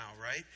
right